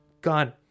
gone